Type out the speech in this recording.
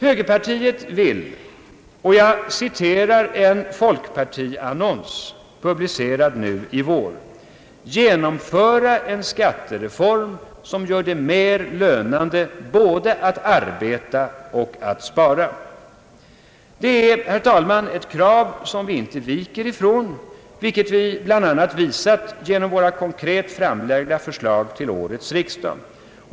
Högerpartiet vill — jag citerar en folkpartiannons, publicerad nu i vår — »genomföra en skattereform, som gör det mer lönande både att arbeta och att spara». Det är, herr talman, ett krav som vi inte viker ifrån, vilket vi bl.a. visat genom våra konkret framlagda förslag till årets riksdag.